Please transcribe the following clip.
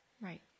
Right